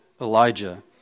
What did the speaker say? Elijah